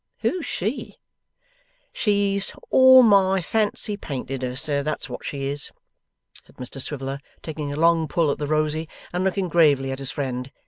who's she she's all my fancy painted her, sir, that's what she is said mr swiveller, taking a long pull at the rosy and looking gravely at his friend.